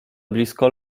blisko